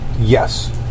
Yes